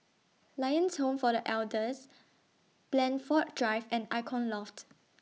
Lions Home For The Elders Blandford Drive and Icon Loft